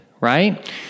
right